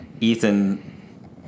Ethan